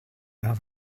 have